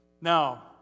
Now